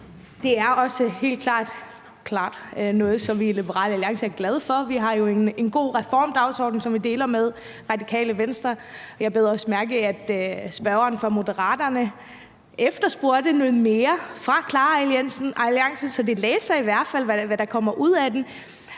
Det er også helt klart noget, som vi i Liberal Alliance er glade for. Vi har jo en god reformdagsorden, som vi deler med Radikale Venstre. Og jeg bed også mærke i, at spørgeren fra Moderaterne efterspurgte noget mere fra KLAR-alliancen; så de læser i hvert fald, hvad der kommer ud af den.